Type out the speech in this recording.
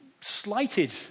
slighted